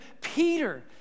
Peter